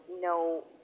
no